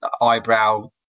eyebrow